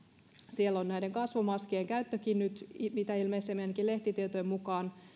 siellä on kasvomaskien käyttökin nyt mitä ilmeisimmin ainakin lehtitietojen mukaan